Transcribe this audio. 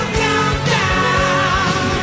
countdown